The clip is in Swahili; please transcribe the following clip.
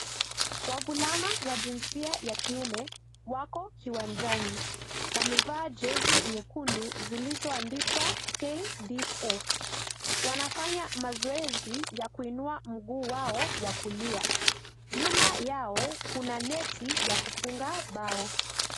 Wavulana wa jinsia ya kiume wako kiwanjani wamevaa jezi nyekundu zilizo andikwa KDF wanafanya mazoezi ya kuinua mguu wao wa kulia nyuma yao kuna neti ya kufunga mbao.